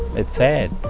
it's sad,